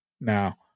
Now